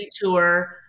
Tour